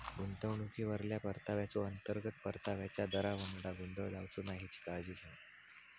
गुंतवणुकीवरल्या परताव्याचो, अंतर्गत परताव्याच्या दरावांगडा गोंधळ जावचो नाय हेची काळजी घेवा